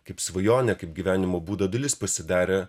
kaip svajonė kaip gyvenimo būdo dalis pasidarė